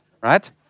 right